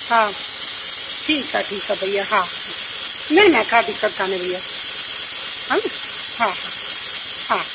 हा ठीकु आहे ठीकु आहे भइया हा हा न न का दिक़त कोन्हे भइया हां न हा हा हा